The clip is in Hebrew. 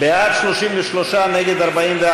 בעד, 33, נגד, 44,